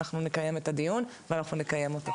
אנחנו נקיים את הדיון ואנחנו נקיים אותו.